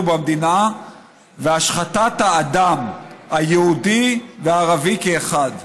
במדינה והשחתת האדם היהודי והערבי כאחד.